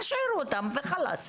תשאירו אותם וחאלס.